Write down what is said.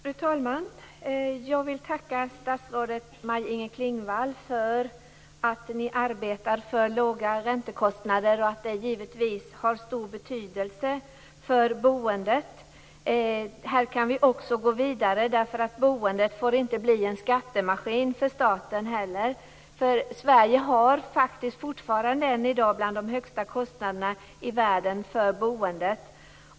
Fru talman! Jag vill tacka statsrådet Maj-Inger Klingvall för att ni arbetar för låga räntekostnader. Givetvis har det stor betydelse för boendet. Här kan vi också gå vidare, för boendet får inte bli en skattemaskin för staten. Sverige har fortfarande bland de högsta kostnaderna i världen för boendet.